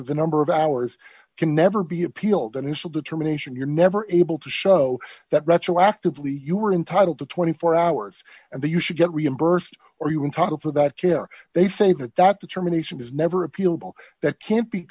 the number of hours can never be appealed initial determination you're never able to show that retroactively you're entitled to twenty four hours and then you should get reimbursed or you in total for that care they say that that determination is never appealed that can't be